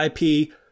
IP